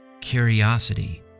curiosity